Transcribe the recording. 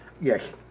Yes